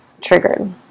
triggered